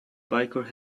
biker